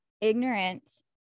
ignorant